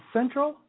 Central